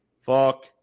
Fuck